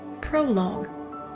Prologue